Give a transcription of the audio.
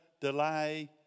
delay